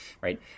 right